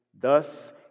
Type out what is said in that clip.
Thus